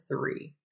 three